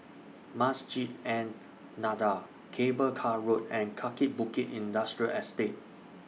Masjid An Nahdhah Cable Car Road and Kaki Bukit Industrial Estate